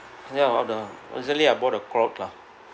ya the usually I bought a cloth lah